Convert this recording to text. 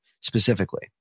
specifically